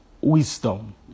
wisdom